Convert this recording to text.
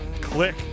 click